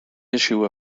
issue